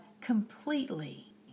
completely